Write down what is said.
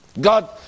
God